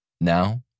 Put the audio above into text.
Now